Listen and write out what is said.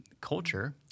culture